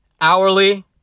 hourly